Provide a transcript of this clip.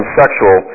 sexual